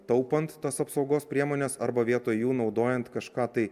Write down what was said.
taupant tas apsaugos priemones arba vietoj jų naudojant kažką tai